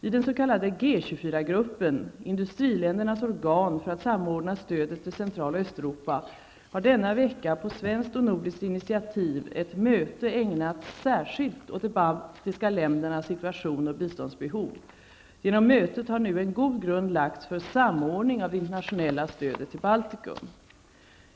I den s.k. G24-gruppen, industriländernas organ för att samordna stödet till Central och Östeuropa, har denna vecka på svenskt och nordiskt initiativ ett möte ägnats särskilt åt de baltiska ländernas situation och biståndsbehov. Genom mötet har nu en god grund lagts för samordning av det internationella stödet till Baltikum.